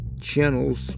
Channels